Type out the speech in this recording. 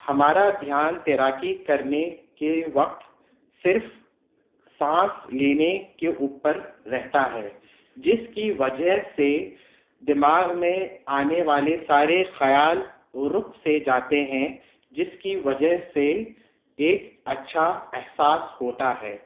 ہمارا دھیان تیراکی کرنے کے وقت صرف سانس لینے کے اوپر رہتا ہے جس کی وجہ سے دماغ میں آنے والے سارے خیال رک سے جاتے ہیں جس کی وجہ سے ایک اچھا احساس ہوتا ہے